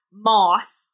moss